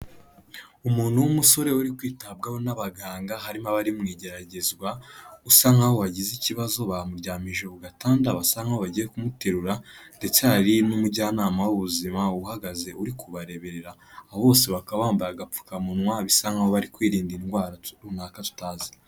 Umuntu w'umusore uri kwitabwaho n'abaganga, harimo abari mu igeragezwa, usa nk'aho yagize ikibazo bamuryamishije ku gatanda basa nk'aho bagiye kumuterura ndetse hari n'umujyanama w'ubuzima uhagaze uri kubareberera, abo bose bakaba bambaye agapfukamunwa bisa nk'aho bari kwirinda indwara runaka tutazi.